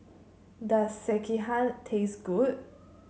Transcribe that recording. does Sekihan taste good